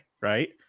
Right